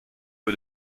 peu